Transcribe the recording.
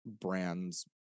brand's